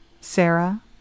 Sarah